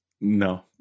no